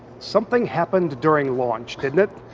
something happened during launch, didn't it?